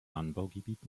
anbaugebiet